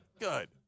Good